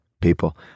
people